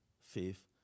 faith